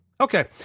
Okay